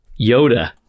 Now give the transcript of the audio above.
Yoda